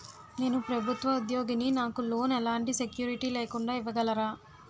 నేను ప్రభుత్వ ఉద్యోగిని, నాకు లోన్ ఎలాంటి సెక్యూరిటీ లేకుండా ఇవ్వగలరా?